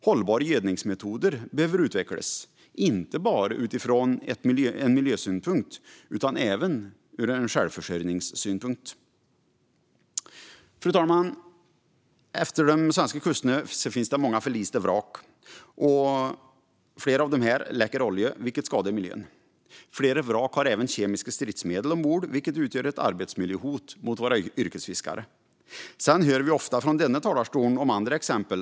Hållbara gödningsmetoder behöver utvecklas, inte bara utifrån miljösynpunkt utan även ur självförsörjningssynpunkt. Fru talman! Utefter de svenska kusterna finns många förlista vrak. Flera av dessa läcker olja, vilket skadar miljön. Flera vrak har också kemiska stridsmedel ombord, vilka utgör ett arbetsmiljöhot mot yrkesfiskarna. Sedan hör vi ofta från denna talarstol om andra exempel.